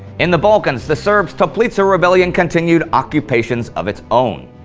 in the balkans, the serbs' toplica rebellion continued occupations of its own.